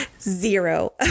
zero